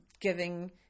giving